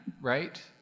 right